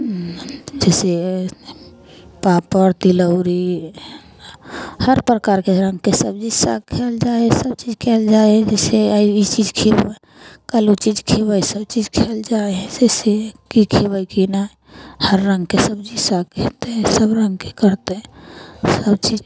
जइसे पापड़ तिलौड़ी हर प्रकारके रङ्गके सब्जी साग खाएल जाइ हइ सबचीज खाएल जाइ हइ जइसे आइ ई चीज खेबै काल्हि ओ चीज खेबै सबचीज खाएल जाइ हइ कि खेबै से कि ने हर रङ्गके सब्जी साग खेतै सब रङ्गके करतै सबचीज